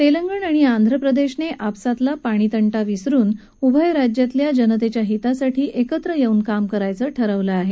तेलंगण आणि आंध्रप्रदेश ने आपसातला पाणी तंटा विसरुन उभय राज्यातल्या जनतेच्या हितासाठी एकत्र येऊन काम करायचं ठरवलं आहे